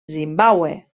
zimbàbue